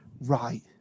right